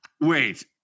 Wait